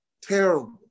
Terrible